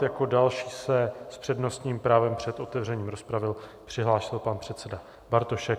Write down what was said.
Jako další se s přednostním právem před otevřením rozpravy přihlásil pan předseda Bartošek.